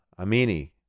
Amini